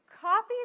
copy